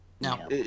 No